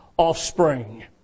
Offspring